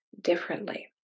differently